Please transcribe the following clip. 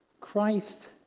Christ